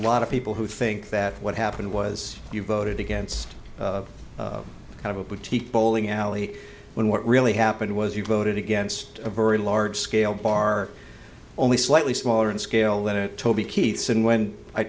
lot of people who think that what happened was you voted against kind of a boutique bowling alley when what really happened was you voted against a very large scale bar only slightly smaller in scale than it toby keith's and when i